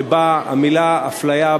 שבה המילה "הפליה",